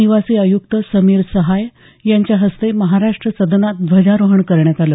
निवासी आयुक्त समीर सहाय यांच्या हस्ते महाराष्ट्र सदनात ध्वजारोहण करण्यात आलं